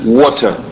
water